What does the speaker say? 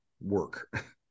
work